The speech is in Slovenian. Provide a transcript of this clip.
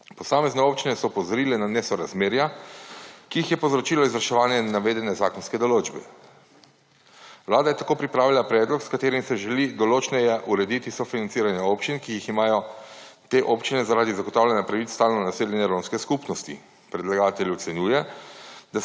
Posamezne občine so opozorile na nesorazmerja, ki jih je povzročilo izvrševanje navedene zakonske določbe. Vlada je tako pripravila predlog, s katerim se želi določneje urediti sofinanciranje občin, ki jih imajo te občine zaradi zagotavljanja pravic stalno naseljene romske skupnosti. Predlagatelj ocenjuje,